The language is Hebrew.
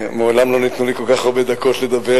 מעולם לא ניתנו לי כל כך הרבה דקות לדבר,